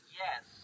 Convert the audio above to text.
yes